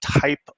type